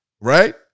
Right